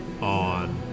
on